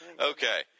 Okay